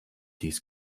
dies